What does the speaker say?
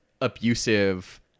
abusive